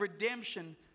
redemption